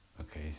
okay